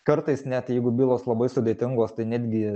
kartais net jeigu bylos labai sudėtingos tai netgi